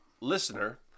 listener